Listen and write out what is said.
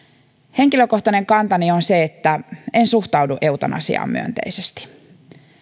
henkilökohtainen kantani on se että en suhtaudu eutanasiaan myönteisesti